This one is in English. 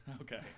Okay